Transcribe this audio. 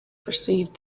perceived